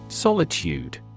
Solitude